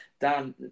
Dan